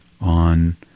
on